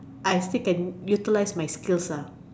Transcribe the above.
I still can utilise my skills lah